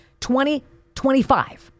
2025